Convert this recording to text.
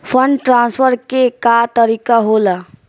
Fund transfer के का तरीका होला?